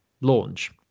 launch